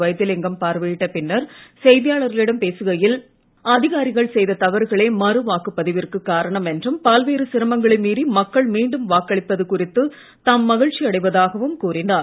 வைத்திலிங்கம் பார்வையிட்ட பின்னர் செய்தியாளர்களிடம் பேசுகையில் அதிகாரிகள் செய்த தவறுகளே மறுவாக்குப் பதிவிற்குக் காரணம் என்றும் பல்வேறு சிரமங்களை மீறி மக்கள் மீண்டும் வாக்களிப்பது குறித்து தாம் மகிழ்ச்சி அடைவதாகவும் கூறினார்